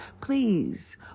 Please